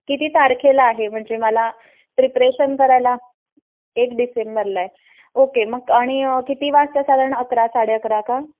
किती तारखेला आहे म्हणजे मला प्रिप्रेशन करायला एक डिसेंबरला आहे ओके मग आणि किती वाजता साधारण अकरा साडे अकरा का